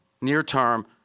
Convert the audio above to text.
near-term